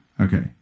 Okay